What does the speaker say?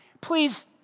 Please